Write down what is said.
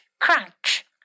crunch